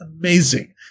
amazing